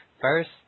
first